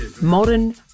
Modern